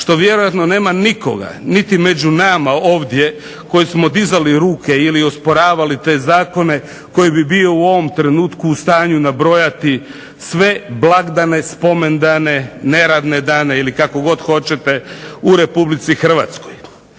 što vjerojatno nema nikoga niti među nama ovdje koji smo dizali ruke ili osporavali te zakone koje bi bio u ovom trenutku u stanju nabrojati sve blagdane, spomendane, neradne dane u Republici Hrvatskoj.